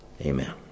amen